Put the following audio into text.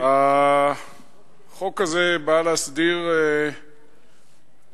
החוק הזה בא להסדיר ולתקן